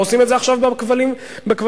עושים את זה עכשיו בכבלים ובלוויין.